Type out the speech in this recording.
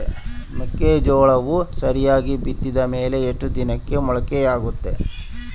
ಮೆಕ್ಕೆಜೋಳವು ಸರಿಯಾಗಿ ಬಿತ್ತಿದ ಮೇಲೆ ಎಷ್ಟು ದಿನಕ್ಕೆ ಮೊಳಕೆಯಾಗುತ್ತೆ?